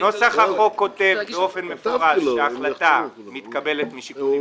נוסח החוק כותב באופן מפורש שהחלטה מתקבלת משיקולים